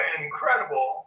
incredible